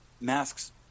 Masks